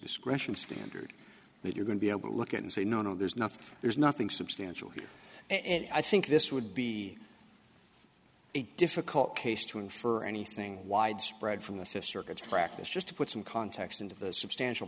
discretion standard that you're going to be able to look at and say no no there's nothing there's nothing substantial here and i think this would be a difficult case to infer anything widespread from the fifth circuit practice just to put some context into the substantial